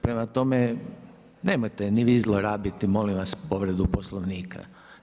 Prema tome, nemojte ni vi zlorabiti molim vas povredu Poslovnika.